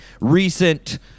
recent